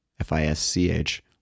F-I-S-C-H